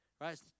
Right